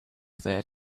there